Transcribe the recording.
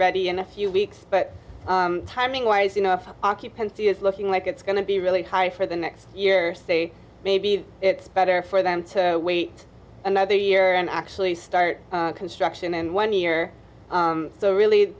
ready in a few weeks but timing wise enough occupancy is looking like it's going to be really high for the next year maybe it's better for them to wait another year and actually start construction and one year so really